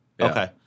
Okay